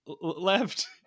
left